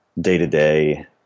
day-to-day